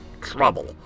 trouble